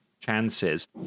chances